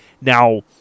now